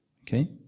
Okay